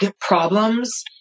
problems